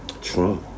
Trump